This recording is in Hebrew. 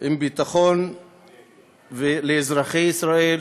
עם ביטחון לאזרחי ישראל,